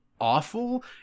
awful